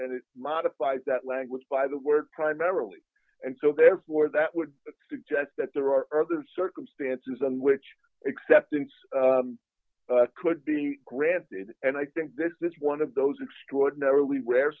and it modifies that language by the word primarily and so therefore that would suggest that there are other circumstances in which acceptance d could be granted and i think this is one of those extraordinarily rare